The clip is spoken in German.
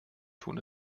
tun